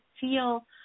feel